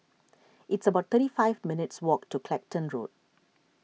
it's about thirty five minutes' walk to Clacton Road